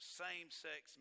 same-sex